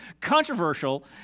controversial